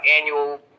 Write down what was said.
annual